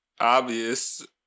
Obvious